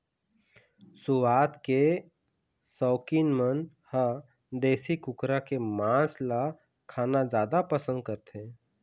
सुवाद के सउकीन मन ह देशी कुकरा के मांस ल खाना जादा पसंद करथे